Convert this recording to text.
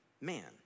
man